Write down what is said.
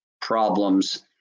problems